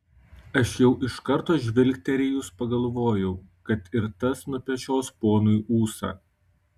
aš jau iš karto žvilgterėjus pagalvojau kad ir tas nupešios ponui ūsą